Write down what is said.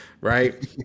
right